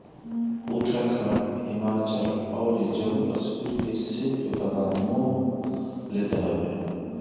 उत्तराखंड, हिमाचल अउरी जम्मू कश्मीर के सेब के बगान मन मोह लेत हवे